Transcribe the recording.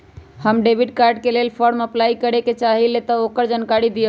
हम debit card के लेल फॉर्म अपलाई करे के चाहीं ल ओकर जानकारी दीउ?